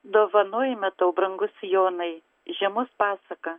dovanojame tau brangus jonai žiemos pasaką